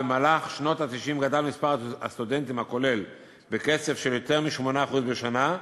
בשנות ה-90 גדל מספר הסטודנטים הכולל בקצב של יותר מ-8% בשנה,